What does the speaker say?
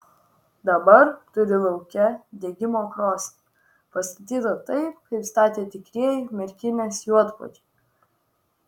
dabar turi lauke degimo krosnį pastatytą taip kaip statė tikrieji merkinės juodpuodžiai